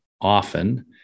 often